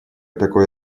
такой